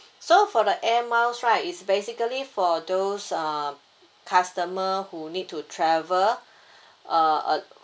so for the air miles right is basically for those uh customer who need to travel uh uh